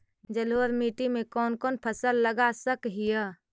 जलोढ़ मिट्टी में कौन कौन फसल लगा सक हिय?